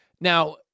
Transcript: Now